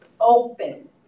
open